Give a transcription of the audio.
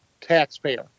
taxpayer